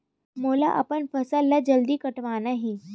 मोला अपन फसल ला जल्दी कटवाना हे?